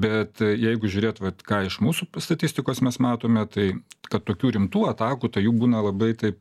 bet jeigu žiūrėt vat ką iš mūsų statistikos mes matome tai kad tokių rimtų atakų tai jų būna labai taip